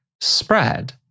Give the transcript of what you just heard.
spread